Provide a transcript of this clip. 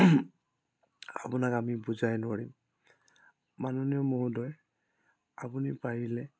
আপোনাক আমি বুজাই নোৱাৰিম মাননীয় মহোদয় আপুনি পাৰিলে